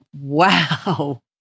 wow